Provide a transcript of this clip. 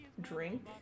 drink